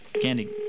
Candy